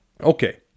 Okay